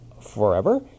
forever